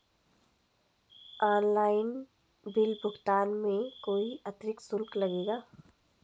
Online bill भुगतान में कोई अतिरिक्त शुल्क लगेगा?